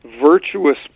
virtuous